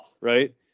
right